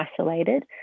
isolated